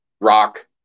Rock